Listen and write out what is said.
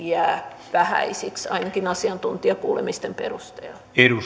jäävät vähäisiksi ainakin asiantuntijakuulemisten perusteella